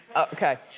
okay.